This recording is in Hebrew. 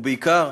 ובעיקר